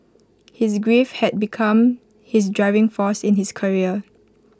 his grief had become his driving force in his career